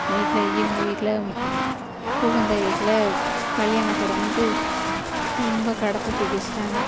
வீட்டடில் இவங்க வீட்டில் புகுந்த வீட்டில் கல்யாண கடன்ட்டு ரொம்ப கடத்தை தூக்கி வெச்சுட்டாங்க